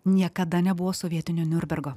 niekada nebuvo sovietinio niurnbergo